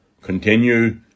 continue